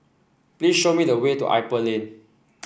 please show me the way to Ipoh Lane